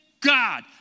God